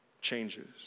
changes